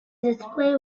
display